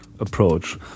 Approach